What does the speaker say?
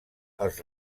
els